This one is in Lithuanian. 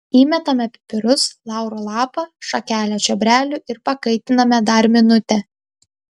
įmetame pipirus lauro lapą šakelę čiobrelių ir pakaitiname dar minutę